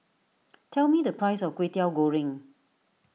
tell me the price of Kwetiau Goreng